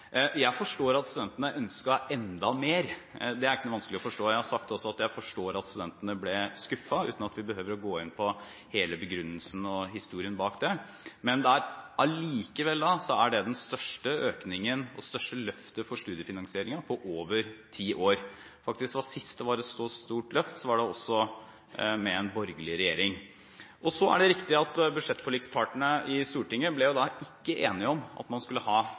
Jeg forstår at studentene ønsket enda mer. Det er ikke noe vanskelig å forstå. Jeg har også sagt at jeg forstår at studentene ble skuffet, uten at vi behøver å gå inn på hele begrunnelsen og hele historien bak det. Men dette er allikevel den største økningen og det største løftet for studiefinansieringen på over ti år. Siste gang det var et så stort løft, var det faktisk også med en borgerlig regjering. Det er riktig at budsjettforlikspartene i Stortinget ikke ble enige om at man skulle ha